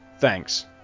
Thanks